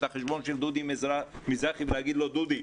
החשבון של דודי מזרחי ולהגיד לו: דודי,